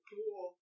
Cool